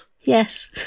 Yes